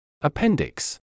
Appendix